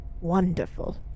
wonderful